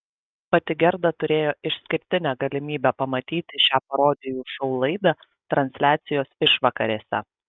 pati gerda turėjo išskirtinę galimybę pamatyti šią parodijų šou laidą transliacijos išvakarėse